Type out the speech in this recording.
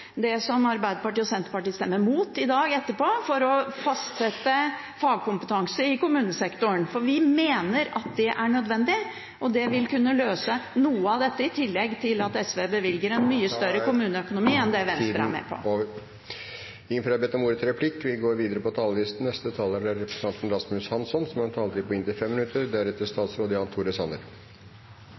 det som Arbeiderpartiet og Senterpartiet stemmer mot, for å fastsette fagkompetanse i kommunesektoren, for vi mener at det er nødvendig, og det vil kunne løse noe av dette. I tillegg bevilger SV en mye bedre kommuneøkonomi enn det Venstre er med på. Replikkordskiftet er over. Regjeringens prosjekt for å samle landets fylker og kommuner i færre og større enheter har endt opp i tvang og dårlig oppslutning. Det synes Miljøpartiet De Grønne er